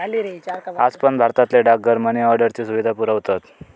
आज पण भारतातले डाकघर मनी ऑर्डरची सुविधा पुरवतत